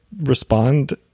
respond